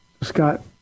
Scott